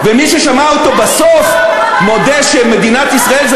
ומי ששמע אותו בסוף מודה שמדינת ישראל זה